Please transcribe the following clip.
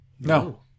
No